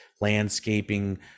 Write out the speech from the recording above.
landscaping